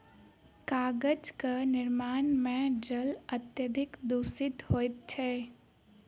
कागजक निर्माण मे जल अत्यधिक दुषित होइत छै